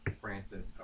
Francis